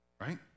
right